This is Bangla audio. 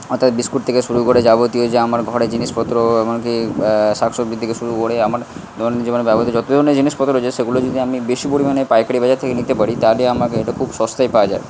অর্থাৎ বিস্কুট থেকে শুরু করে যাবতীয় যে আমার ঘরে জিনিসপত্র এমনকি শাক সবজি থেকে শুরু করে আমার দৈনন্দিন জীবনে ব্যবহৃত যত ধরনের জিনিসপত্র রয়েছে সেগুলো যেগুলো আমি বেশি পরিমাণে পাইকারি বাজার থেকে নিতে পারি তাহলে আমাকে ওটা খুব সস্তায় পাওয়া যায়